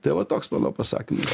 tai va toks mano pasakymas